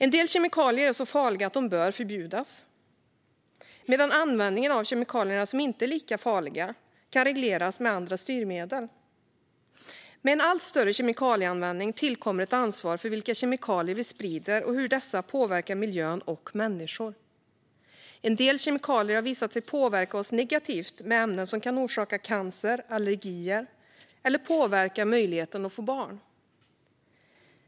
En del kemikalier är så farliga att de bör förbjudas, medan användningen av kemikalier som inte är lika farliga kan regleras med andra styrmedel. Med en allt större kemikalieanvändning tillkommer ett ansvar för vilka kemikalier vi sprider och hur dessa påverkar miljön och människor. En del kemikalier har visat sig påverka oss negativt med ämnen som kan orsaka cancer, allergier eller påverka möjligheten att få barn.